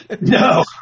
no